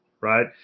right